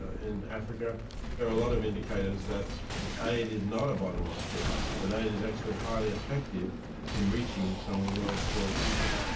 in africa there are a lot of indicators that aid is not a bottomless pit that aid is actually highly effective in reaching some of the world's poorest people.